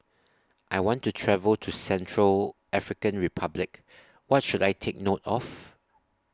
I want to travel to Central African Republic What should I Take note of